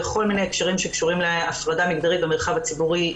בכל מיני הקשרים שקשורים להפרדה מגדרית במרחב הציבורי,